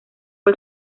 fue